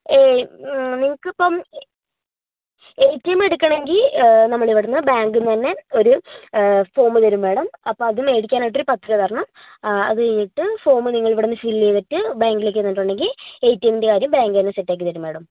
ഏയ് നിങ്ങൾക്ക് ഇപ്പോൾ എ ടി എം എടുക്കണമെങ്കിൽ നമ്മൾ ഇവിടെ നിന്ന് ബേങ്കിൽ നിന്ന് തന്നെ ഒരു ഫോം തരും മാഡം അപ്പോൾ അത് മേടിക്കാനായിട്ട് ഒരു പത്തു രൂപ തരണം അത് കഴിഞ്ഞിട്ട് ഫോം നിങ്ങൾ ഇവിടെ നിന്ന് ഫിൽ ചെയ്തിട്ട് ബേങ്കിലേക്ക് ചെന്നിട്ടുണ്ടെങ്കിൽ എ ടി എമ്മിൻ്റെ കാര്യം ബേങ്ക് തന്നെ സെറ്റ് ആക്കി തരും മാഡം